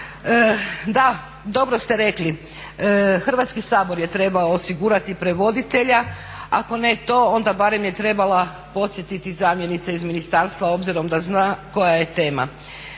Da, dobro ste rekli. Hrvatski sabor je trebao osigurati prevoditelja. Ako ne to, onda barem je trebala podsjetiti zamjenica iz ministarstva obzirom da zna koja je tema.